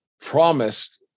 promised